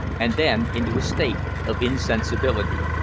and then into a state of insensibility.